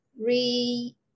re-